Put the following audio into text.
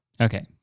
Okay